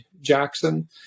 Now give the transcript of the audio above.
Jackson